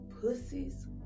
pussies